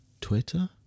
Twitter